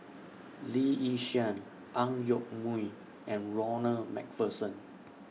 Lee Yi Shyan Ang Yoke Mooi and Ronald MacPherson